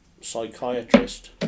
psychiatrist